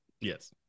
Yes